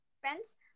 friends